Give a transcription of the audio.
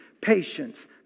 patience